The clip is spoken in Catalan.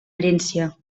herència